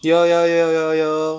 有有有有有